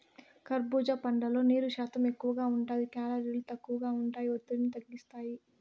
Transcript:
కర్భూజా పండ్లల్లో నీరు శాతం ఎక్కువగా ఉంటాది, కేలరీలు తక్కువగా ఉంటాయి, ఒత్తిడిని తగ్గిస్తాయి